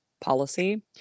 policy